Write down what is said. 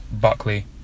Buckley